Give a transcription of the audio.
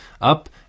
up